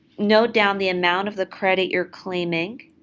note down the amount of the credit you're claiming,